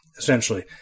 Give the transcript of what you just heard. essentially